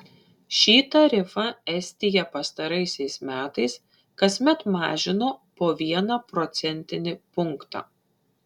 šį tarifą estija pastaraisiais metais kasmet mažino po vieną procentinį punktą